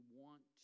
want